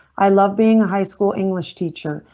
i love being high school english teacher.